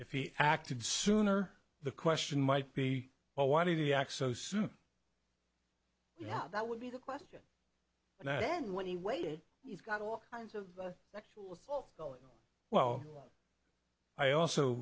if he acted sooner the question might be oh why did he acts so soon yeah that would be the question and then when he waited he's got all kinds of sexual assault going oh well i also